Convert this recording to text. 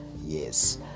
Yes